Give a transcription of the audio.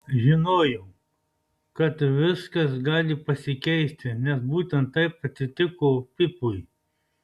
žinojau kad viskas gali pasikeisti nes būtent taip atsitiko pipui